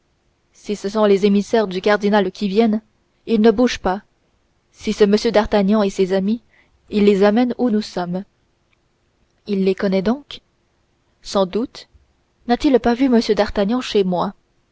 si ce sont les émissaires du cardinal qui viennent il ne bouge pas si c'est m d'artagnan et ses amis il les amène où nous sommes il les connaît donc sans doute n'a-t-il pas vu m d'artagnan chez moi